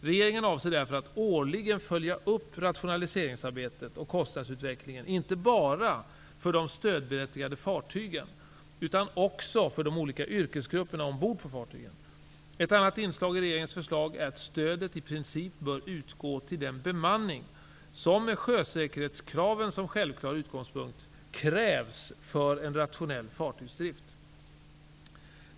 Regeringen avser därför att årligen följa upp rationaliseringsarbetet och kostnadsutvecklingen inte bara för de stödberättigade fartygen utan också för de olika yrkesgrupperna ombord på fartygen. Ett annat inslag i regeringens förslag är att stödet i princip bör utgå till den bemanning som, med sjösäkerhetskraven som självklar utgångspunkt, krävs för en rationell fartygsdrift.